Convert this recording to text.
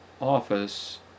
office